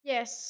Yes